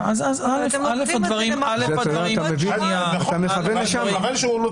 אתה מכוון לשם.